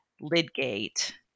Lydgate